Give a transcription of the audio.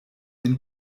den